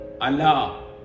Allah